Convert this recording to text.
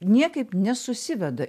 niekaip nesusiveda